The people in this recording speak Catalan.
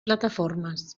plataformes